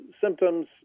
symptoms